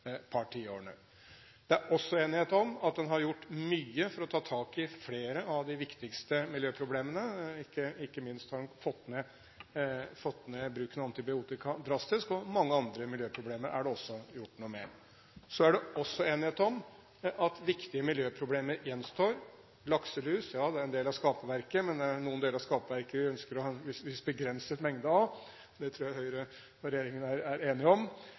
Det er også enighet om at en har gjort mye for å ta tak i flere av de viktigste miljøproblemene, ikke minst har en fått ned bruken av antibiotika drastisk, og mange andre miljøproblemer er det også gjort noe med. Så er det også enighet om at viktige miljøproblemer gjenstår: lakselus – ja, det er en del av skaperverket, men det er noen deler av skaperverket vi ønsker å ha en viss begrenset mengde av, det tror jeg Høyre og regjeringen er enige om